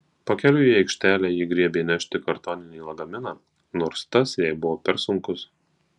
pakeliui į aikštę ji griebė nešti kartoninį lagaminą nors tas jai buvo per sunkus